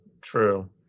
true